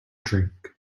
drink